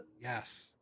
Yes